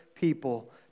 people